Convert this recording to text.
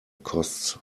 costs